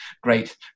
great